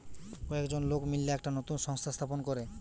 কয়েকজন লোক মিললা একটা নতুন সংস্থা স্থাপন করে